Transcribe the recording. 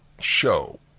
show